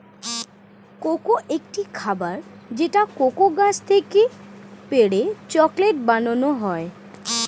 cocoa একটি খাবার যেটা কোকো গাছ থেকে পেড়ে চকলেট বানানো হয়